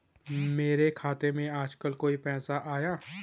मेरे खाते में आजकल कोई पैसा आया?